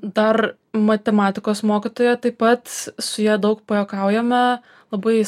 dar matematikos mokytoja taip pat su ja daug pajuokaujame labai